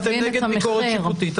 אתם נגד ביקורת שיפוטית,